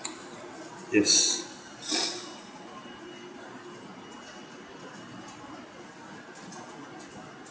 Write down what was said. yes